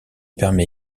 permet